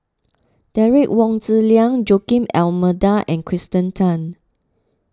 Derek Wong Zi Liang Joaquim D'Almeida and Kirsten Tan